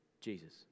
Jesus